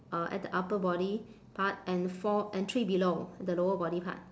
uh at the upper body part and four and three below the lower body part